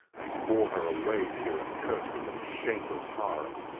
and bore her away to your ah accursed and and shameless harem